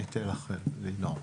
אני אתן לכם לנאום.